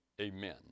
Amen